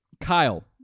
Kyle